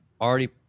already